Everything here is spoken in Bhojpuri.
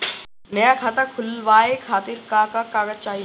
नया खाता खुलवाए खातिर का का कागज चाहीं?